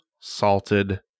salted